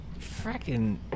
freaking